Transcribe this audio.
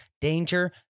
danger